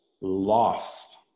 lost